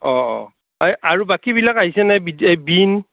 অঁ অঁ আৰু বাকীবিলাক আহিছেনে বিন